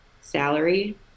salary